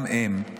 גם הם,